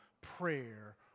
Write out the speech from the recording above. prayer